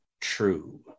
true